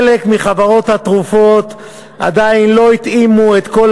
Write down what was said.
חלק מחברות התרופות עדיין לא התאימו את כל